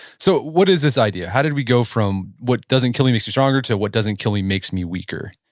so what is this idea? how did we go from what doesn't kill me makes me stronger to what doesn't kill me makes me weaker?